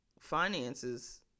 finances